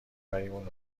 بریمون